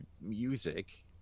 music